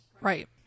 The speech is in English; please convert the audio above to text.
Right